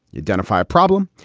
identify a problem.